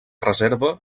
reserva